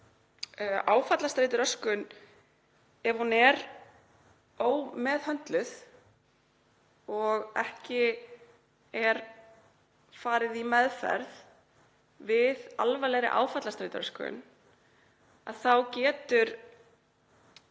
áfallastreituröskun er ómeðhöndluð, ef ekki er farið í meðferð við alvarlegri áfallastreituröskun, getur